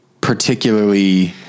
particularly